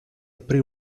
aprì